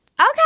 okay